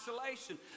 isolation